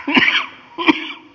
jos kuljin